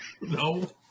No